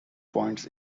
points